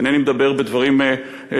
אינני מדבר רק דברים אמוניים,